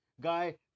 guy